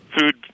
food